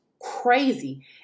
crazy